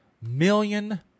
million